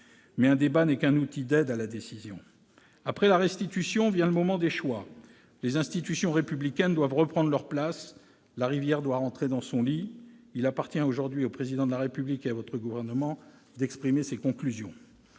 Mais un débat n'est qu'un outil d'aide à la décision. Après la restitution vient le moment des choix. Les institutions républicaines doivent reprendre leur place. La rivière doit rentrer dans son lit. Il appartient aujourd'hui au Président de la République et à votre gouvernement d'exprimer ses conclusions.